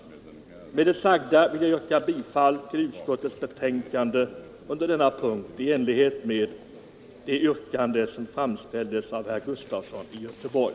Med det sagda vill jag yrka bifall till utskottets betänkande på denna punkt i enlighet med det yrkande som framställdes av herr Gustafson i Göteborg.